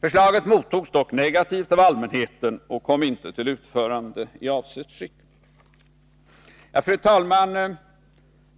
Förslaget mottogs dock negativt av allmänheten och kom inte till utförande i avsett skick. Fru talman!